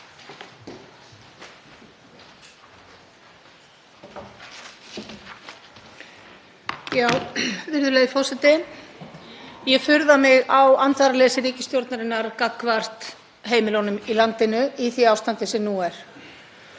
Virðulegi forseti. Ég furða mig á andvaraleysi ríkisstjórnarinnar gagnvart heimilunum í landinu í því ástandi sem nú er.